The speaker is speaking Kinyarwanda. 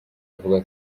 avuga